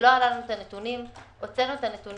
שלא היו לנו הנתונים, הוצאנו את הנתונים